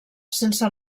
sense